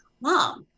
Mom